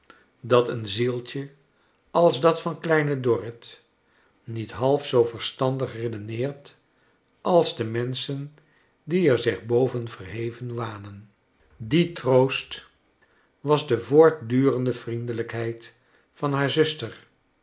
dat een zieltje als dat van kleine dorrit niet half zoo verstandig redeneert als do menschen die er zich boven verheven wanen die troost was de voortdurende vriendelrjkheid van haar zuster